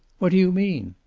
what do you mean?